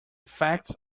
facts